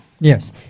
yes